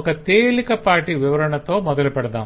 ఒక తేలికపాటి వివరణతో మొదలుపెడదాం